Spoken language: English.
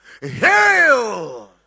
Hail